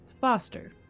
Foster